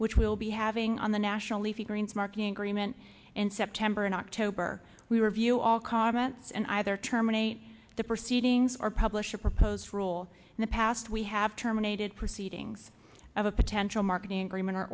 which will be having on the national leafy greens marking agreement in september and october we review all comments and either terminate the proceedings or publish a proposed rule in the past we have terminated proceedings of a potential marketing agreement or